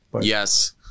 Yes